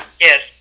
yes